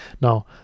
Now